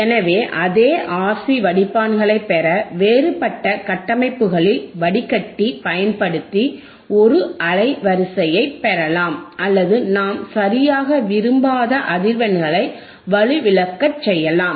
எனவே அதே RC வடிப்பான்களைப் பெற வேறுபட்ட கட்டமைப்புகளில் வடிகட்டி பயன்படுத்தி ஒரு அலைவரிசையை பெறலாம் அல்லது நாம் சரியாக விரும்பாத அதிர்வெண்ணைக் வலுவிழக்கச் செய்யலாம்